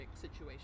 situation